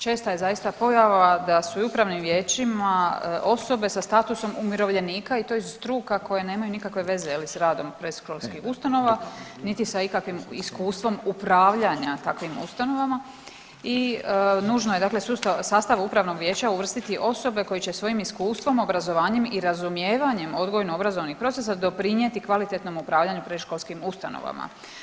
Česta je zaista pojava da su i u upravnim vijećima osobe sa statusom umirovljenika i to iz struka koje nemaju nikakve veze je li s radom predškolskih ustanova, niti sa ikakvim iskustvom upravljanja takvim ustanovama i nužno je dakle u sastav upravnog vijeća uvrstiti osobe koje će svojim iskustvom, obrazovanjem i razumijevanjem odgojno obrazovnih procesa doprinjeti kvalitetnom upravljanju predškolskim ustanovama.